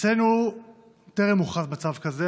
אצלנו טרם הוכרז מצב כזה,